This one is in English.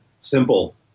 simple